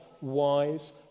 Wise